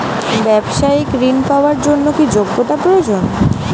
ব্যবসায়িক ঋণ পাওয়ার জন্যে কি যোগ্যতা প্রয়োজন?